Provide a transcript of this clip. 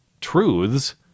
truths